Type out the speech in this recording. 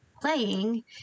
playing